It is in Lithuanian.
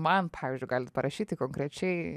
man pavyzdžiui galit parašyti konkrečiai